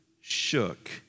shook